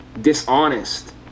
dishonest